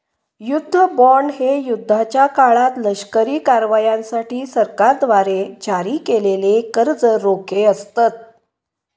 युद्ध बॉण्ड हे युद्धाच्या काळात लष्करी कारवायांसाठी सरकारद्वारे जारी केलेले कर्ज रोखे असतत